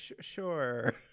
Sure